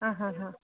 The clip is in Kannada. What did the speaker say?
ಹಾಂ ಹಾಂ ಹಾಂ